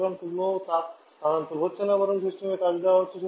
সুতরাং কোনও তাপ স্থানান্তর হচ্ছে না বরং সিস্টেমে কাজ দেওয়া হচ্ছে